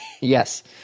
Yes